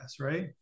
Right